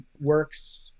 works